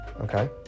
Okay